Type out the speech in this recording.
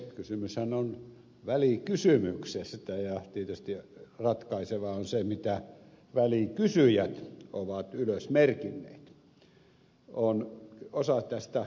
kysymyshän on välikysymyksestä ja tietysti ratkaisevaa on se mitä välikysyjät ovat ylös merkinneet